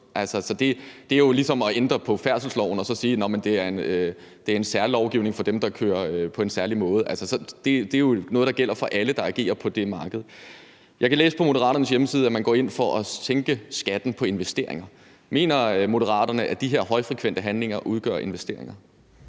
Det er jo ligesom at ændre på færdselsloven og så sige, at det er en særlovgivning for dem, der kører på en særlig måde. Det er jo noget, der gælder alle, der agerer på det marked. Jeg kan læse på Moderaternes hjemmeside, at man går ind for at sænke skatten på investeringer. Mener Moderaterne, at de her højfrekvente handler er investeringer?